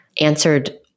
answered